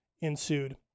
ensued